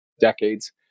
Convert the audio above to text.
decades